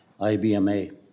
IBMA